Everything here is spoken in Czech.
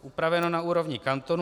Upraveno na úrovni kantonů.